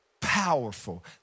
powerful